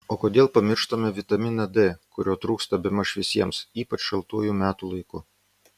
o kodėl pamištame vitaminą d kurio trūksta bemaž visiems ypač šaltuoju metų laiku